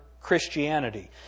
Christianity